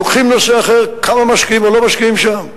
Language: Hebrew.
לוקחים נושא אחר, כמה משקיעים או לא משקיעים שם.